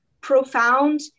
profound